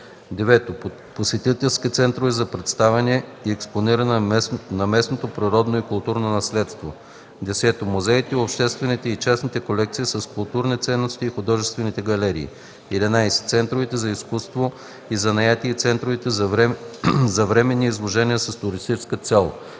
9. посетителските центрове за представяне и експониране на местното природно и културно наследство; 10. музеите и обществените и частните колекции с културни ценности и художествените галерии; 11. центровете за изкуство и занаяти и центровете за временни изложения с туристическа цел;